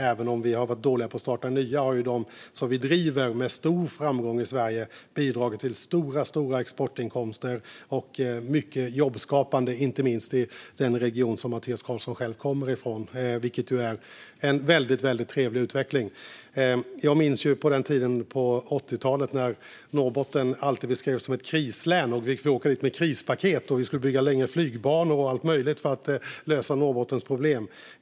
Även om vi har varit dåliga på att starta nya har de som vi driver i Sverige med stor framgång bidragit till stora exportinkomster och har skapat många jobb, inte minst i den region Mattias Karlsson själv kommer ifrån. Detta är en väldigt trevlig utveckling. Jag minns den tid på 80-talet då Norrbotten alltid beskrevs som ett krislän, och vi fick åka dit med krispaket. Vi skulle bygga längre flygbanor och allt möjligt för att lösa Norrbottens problem.